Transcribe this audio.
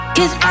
Cause